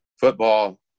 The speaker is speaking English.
football